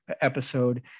episode